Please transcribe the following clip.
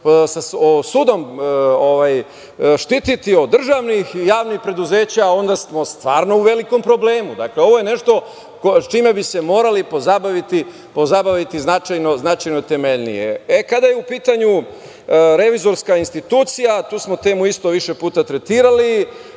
sudom štititi od državnih i javnih preduzeća, onda smo stvarno u velikom problemu. Ovo je nešto sa čime bi se morali pozabaviti značajno temeljnije. Kada je u pitanju revizorska institucija, tu smo temu isto više puta tretirali.